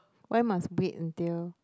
why must wait until